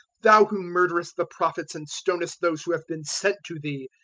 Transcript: thou who murderest the prophets and stonest those who have been sent to thee!